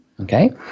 Okay